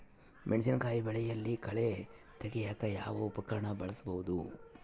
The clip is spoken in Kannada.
ಮೆಣಸಿನಕಾಯಿ ಬೆಳೆಯಲ್ಲಿ ಕಳೆ ತೆಗಿಯಾಕ ಯಾವ ಉಪಕರಣ ಬಳಸಬಹುದು?